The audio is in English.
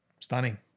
stunning